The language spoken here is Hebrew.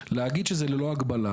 להגיד שזה לא ההגבלה,